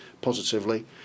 positively